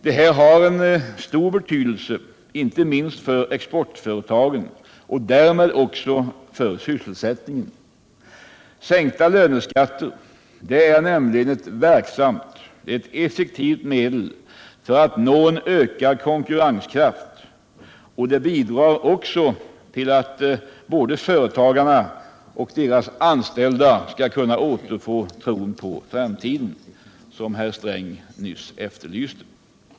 Det här har en stor betydelse, inte minst för exportföretagen och därmed också för sysselsättningen. Sänkta löneskatter är nämligen ett verksamt och effektivt medel för att nå en ökad konkurrenskraft, och det bidrar också till att både företagarna och deras anställda kan återfå tron på framtiden, som herr Sträng nyss efterlyste.